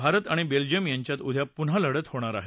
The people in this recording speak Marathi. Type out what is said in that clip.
भारत आणि बेल्जियम यांच्यात उद्या पुन्हा लढत होणार आहे